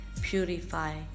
purify